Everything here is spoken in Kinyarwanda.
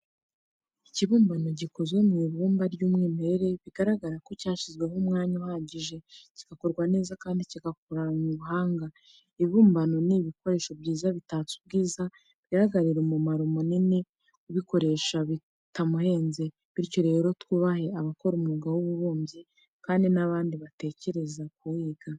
Ikibumbano gikoze mu ibumba ry'umwimerere, bigaragara ko cyashyizweho umwanya uhagije, kigakorwa neza kandi kigakoranywa ubuhanga. Ibibumbano ni ibikoresho byiza bitatse ubwiza, bikagirira umumaro munini ubikoresha bitamuhenze. Bityo rero, twubahe abakora umwuga w'ububumbyi kandi n'abandi batekereze kuwiga.